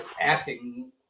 asking